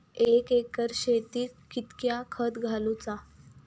एक एकर शेताक कीतक्या खत घालूचा?